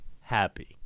happy